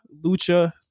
Lucha